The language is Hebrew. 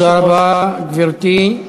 תודה רבה, גברתי.